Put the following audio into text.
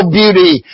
beauty